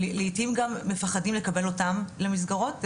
ולעתים גם מפחדים לקבל אותם למסגרות.